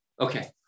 Okay